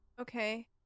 Okay